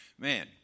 Man